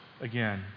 again